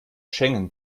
schengen